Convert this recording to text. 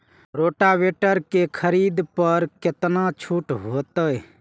Rotavator के खरीद पर केतना छूट होते?